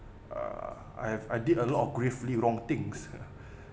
uh I have I did a lot of gravely wrong things